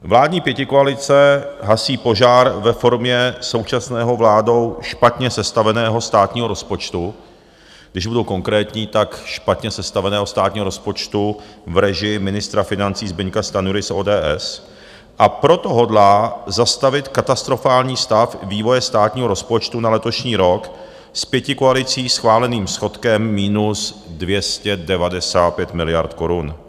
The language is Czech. Vládní pětikoalice hasí požár ve formě současného vládou špatně sestaveného státního rozpočtu, když budu konkrétní, tak špatně sestaveného státního rozpočtu v režii ministra financí Zbyňka Stanjury z ODS, a proto hodlá zastavit katastrofální stav vývoje státního rozpočtu na letošní rok s pětikoalicí schváleným schodkem minus 295 miliard korun.